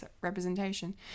representation